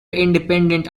independent